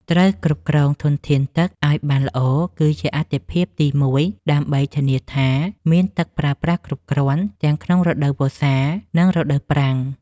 ត្រូវគ្រប់គ្រងធនធានទឹកឱ្យបានល្អគឺជាអាទិភាពទីមួយដើម្បីធានាថាមានទឹកប្រើប្រាស់គ្រប់គ្រាន់ទាំងក្នុងរដូវវស្សានិងរដូវប្រាំង។